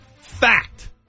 Fact